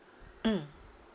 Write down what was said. mm